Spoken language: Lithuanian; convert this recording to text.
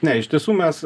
ne iš tiesų mes